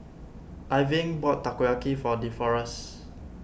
Irving bought Takoyaki for Deforest